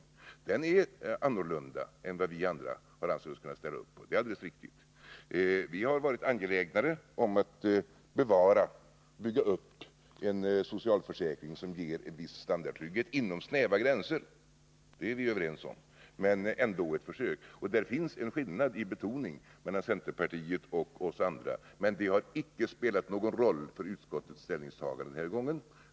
Centerpartiets inställning är här en annan än den som vi andra har ansett oss kunna ställa upp på, det är alldeles riktigt. Vi har varit angelägnare om att bygga upp en socialförsäkring som ger en viss standardtrygghet inom snäva gränser. Det är vi överens om, och det är ändå ett försök. Då det gäller betoningen finns det ändå en skillnad mellan centerpartiet och oss andra, men det har icke spelat någon roll för utskottets ställningstagande den här gången.